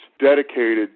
dedicated